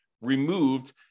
removed